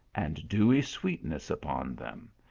and dewy sweetness upon them,